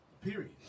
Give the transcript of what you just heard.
period